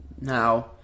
Now